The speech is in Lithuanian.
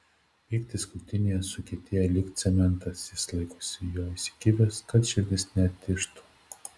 pyktis krūtinėje sukietėja lyg cementas jis laikosi jo įsikibęs kad širdis netižtų